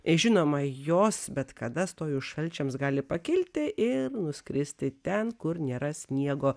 žinoma jos bet kada stojus šalčiams gali pakilti ir nuskristi ten kur nėra sniego